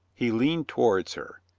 he leaned towards her,